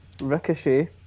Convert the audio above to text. Ricochet